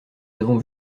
avons